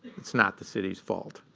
it's not the city's fault,